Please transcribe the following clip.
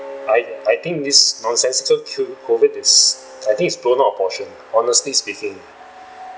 I I think this nonsensical Q COVID is at I think is blown out of proportion honestly speaking